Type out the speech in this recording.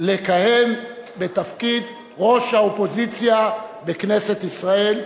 לכהן בתפקיד ראש האופוזיציה בכנסת ישראל.